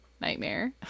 nightmare